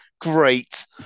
Great